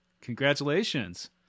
Congratulations